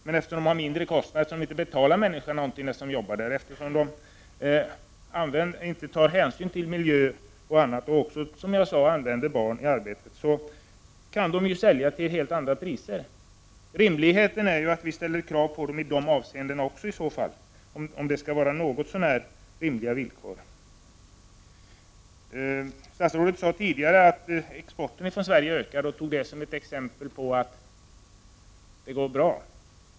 Men eftersom man i lågprisländerna har lägre kostnader — man betalar inte människorna som arbetar där så mycket, man tar inte hänsyn till miljön och dessutom använder man, som jag sade, barn i arbetet — kan man sälja till helt andra priser. Det är rimligt att vi ställer krav på lågprisländerna i de avseendena också om villkoren skall vara något så när rimliga. Statsrådet sade tidigare att exporten från Sverige ökar och tog det som ett exempel på att det går bra.